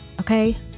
okay